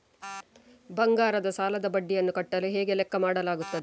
ಬಂಗಾರದ ಸಾಲದ ಬಡ್ಡಿಯನ್ನು ಕಟ್ಟಲು ಹೇಗೆ ಲೆಕ್ಕ ಮಾಡಲಾಗುತ್ತದೆ?